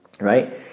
right